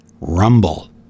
rumble